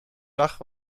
zag